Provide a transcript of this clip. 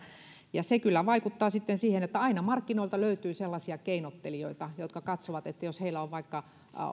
ja se kyllä vaikuttaa sitten siihen että aina markkinoilta löytyy sellaisia keinottelijoita jotka katsovat että jos heillä on vaikka